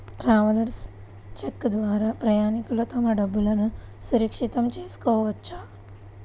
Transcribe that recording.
travellers cheque ద్వారా ప్రయాణికులు తమ డబ్బులును సురక్షితం చేసుకోవచ్చు